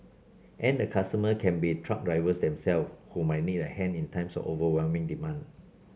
and the customer can be truck drivers themselves who might need a hand in times of overwhelming demand